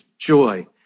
joy